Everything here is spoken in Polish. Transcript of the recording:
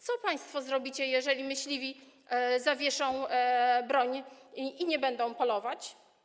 Co państwo zrobicie, jeżeli myśliwi zawieszą broń i nie będą polować?